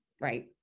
right